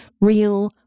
real